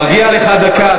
מגיעה לך דקה.